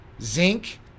zinc